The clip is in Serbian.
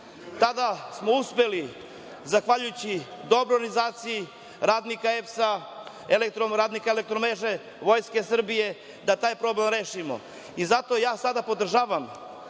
Tada smo uspeli, zahvaljujući dobroj organizaciji radnika EPS-a, radnika „Elektromreže“, Vojske Srbije, da taj problem rešimo i zato ja sada podržavam